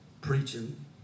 preaching